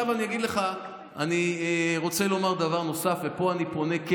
אני רוצה לומר דבר נוסף, ופה אני כן פונה,